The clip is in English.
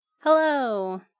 Hello